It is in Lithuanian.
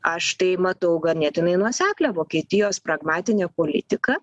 aš tai matau ganėtinai nuoseklią vokietijos pragmatinę politiką